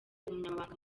umunyamabanga